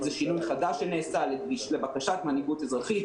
זה שינוי חדש שנעשה לבקשת מנהיגות אזרחית,